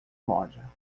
loja